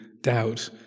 doubt